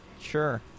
Sure